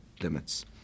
limits